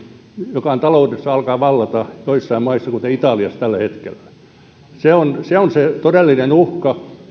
joka taloudessa alkaa vallata alaa joissain maissa kuten italiassa tällä hetkellä se on se todellinen uhka